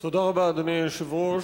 אדוני היושב-ראש,